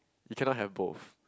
you cannot have both